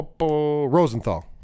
Rosenthal